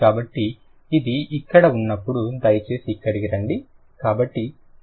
కాబట్టి అది ఇక్కడ ఉన్నప్పుడు దయచేసి ఇక్కడికి రండి